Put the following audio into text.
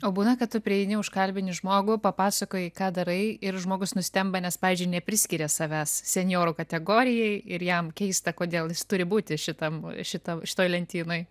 o būna kad tu prieini užkalbini žmogų papasakoji ką darai ir žmogus nustemba nes pavyzdžiui nepriskiria savęs senjorų kategorijai ir jam keista kodėl jis turi būti šitam šitam šitoj lentynoj